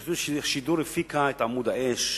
כשרשות השידור הפיקה את "עמוד האש",